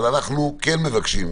אבל אנחנו כן מבקשים,